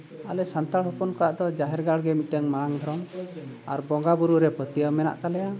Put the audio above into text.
ᱟᱞᱮ ᱥᱟᱱᱛᱟᱲ ᱦᱚᱯᱚᱱ ᱠᱚᱣᱟᱜ ᱫᱚ ᱡᱟᱦᱮᱨ ᱜᱟᱲ ᱜᱮ ᱢᱤᱫᱴᱟᱝ ᱢᱟᱨᱟᱝ ᱫᱷᱚᱨᱚᱢ ᱟᱨ ᱵᱚᱸᱜᱟ ᱵᱩᱨᱩᱨᱮ ᱯᱟᱹᱛᱭᱟᱹᱣ ᱢᱮᱱᱟᱜ ᱛᱟᱞᱮᱭᱟ